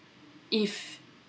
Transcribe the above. if